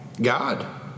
God